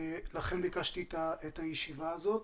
לכן ביקשתי את הישיבה הזאת.